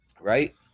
Right